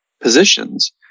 positions